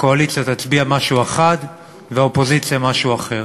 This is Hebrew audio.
הקואליציה תצביע משהו אחד והאופוזיציה משהו אחר.